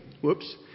whoops